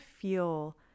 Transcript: feel